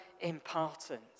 important